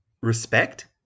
Respect